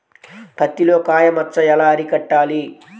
పత్తిలో కాయ మచ్చ ఎలా అరికట్టాలి?